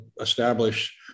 establish